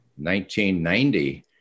1990